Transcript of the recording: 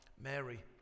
Mary